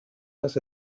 dass